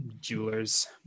jewelers